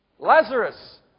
Lazarus